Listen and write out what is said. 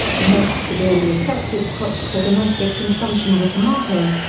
the most severely affected crops for domestic consumption were tomatoes,